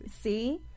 See